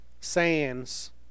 sands